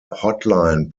hotline